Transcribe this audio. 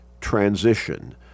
transition